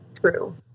true